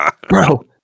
bro